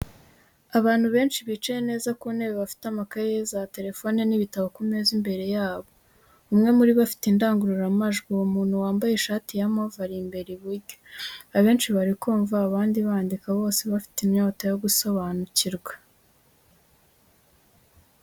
Abantu benshi bicaye neza ku ntebe bafite amakayi, za telefone n'ibitabo ku meza imbere yabo. Umwe muri bo afite indangururamajwi, uwo muntu wambaye ishati ya move ari imbere iburyo, Abenshi bari kumva, abandi bandika bose bafite inyota yo gusobanukirwa.